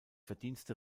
verdienste